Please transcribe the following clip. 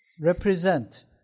represent